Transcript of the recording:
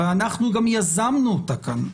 הרי אנחנו גם יזמנו אותה כאן.